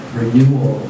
renewal